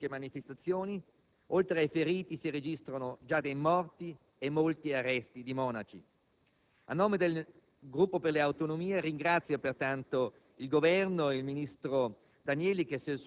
costituisce uno dei casi peggiori di regime in cui siano violati diritti umani fondamentali. Esprimiamo la nostra forte preoccupazione per questo brutale regime nella ex Birmania